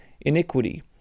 iniquity